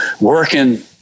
working